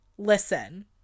listen